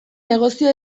negozio